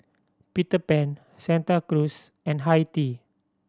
Peter Pan Santa Cruz and Hi Tea